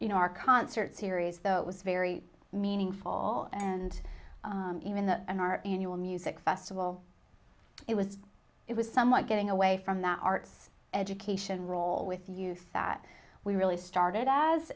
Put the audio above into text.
you know our concert series though it was very meaningful and even the in our annual music festival it was it was somewhat getting away from that arts education role with youth that we really started